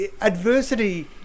adversity